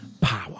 Power